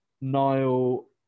Niall